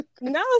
No